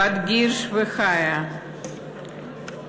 בת גירש וחיה קוכין,